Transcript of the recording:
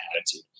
attitude